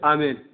Amen